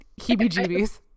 heebie-jeebies